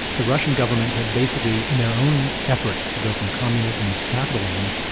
the russian government had basically in their own efforts to go from communism to capitalism,